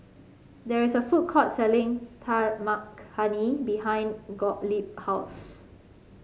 there is a food court selling Dal Makhani behind Gottlieb house